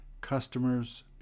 customer's